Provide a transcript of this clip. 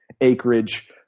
acreage